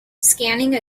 scanning